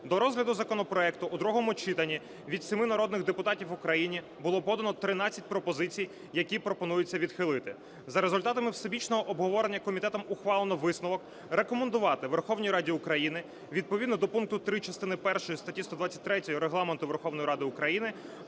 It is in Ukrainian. До розгляду законопроекту у другому читанні від семи народних депутатів України було подано 13 пропозицій, які пропонується відхилити. За результатами всебічного обговорення комітетом ухвалено висновок: рекомендувати Верховній Раді України відповідно до пункту 3 частини першої статті 123 Регламенту Верховної Ради України